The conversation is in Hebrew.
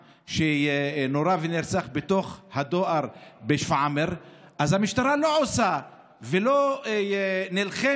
שנורה ונרצח בתוך הדואר בשפרעם אז המשטרה לא עושה ולא נלחמת